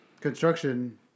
construction